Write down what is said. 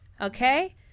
Okay